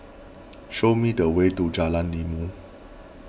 show me the way to Jalan Ilmu